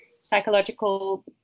psychological